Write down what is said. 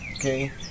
Okay